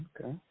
Okay